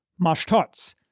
Mashtots